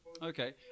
Okay